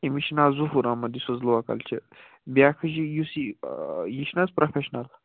أمِس چھِ ناو ظہوٗر احمد یُس حظ لوکَل چھ بیاکھ حظ چھ یُس یہِ یہِ چھنہٕ حظ پروفیٚشنَل